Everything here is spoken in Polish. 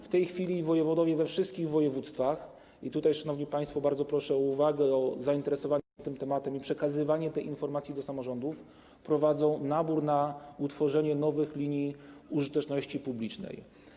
W tej chwili wojewodowie we wszystkich województwach - i tutaj, szanowni państwo, bardzo proszę o uwagę, o zainteresowanie się tym tematem i przekazywanie tej informacji do samorządów - prowadzą nabór na utworzenie nowych linii użyteczności publicznej.